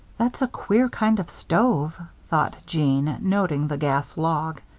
that's a queer kind of stove, thought jeanne, noting the gas log.